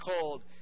cold